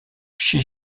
chi